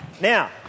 Now